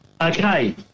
Okay